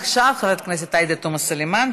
עכשיו חברת הכנסת עאידה תומא סלימאן,